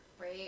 Right